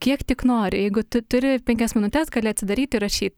kiek tik nori jeigu tu turi penkias minutes gali atsidaryt ir rašyt